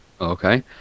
Okay